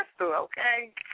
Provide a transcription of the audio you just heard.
okay